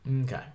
Okay